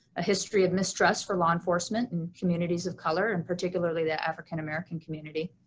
a history of mistrust for law enforcement in communities of color and particularly the african american community.